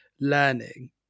learning